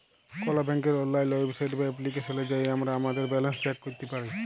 call ব্যাংকের অললাইল website বা এপ্লিকেশলে যাঁয়ে আমরা আমাদের ব্যাল্যাল্স চ্যাক ক্যইরতে পারি